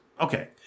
okay